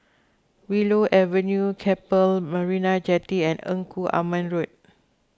Willow Avenue Keppel Marina Jetty and Engku Aman Road